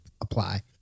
apply